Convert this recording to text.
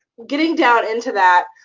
getting down into that,